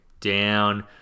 down